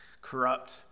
corrupt